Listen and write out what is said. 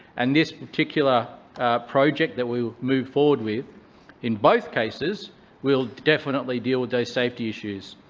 and this particular project that we will move forward with in both cases will definitely deal with those safety issues.